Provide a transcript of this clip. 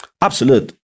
Absolute